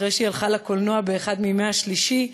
אחרי שהיא הלכה לקולנוע באחד מימי השלישי: